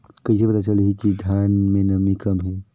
कइसे पता चलही कि धान मे नमी कम हे?